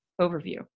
overview